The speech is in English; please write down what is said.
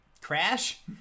Crash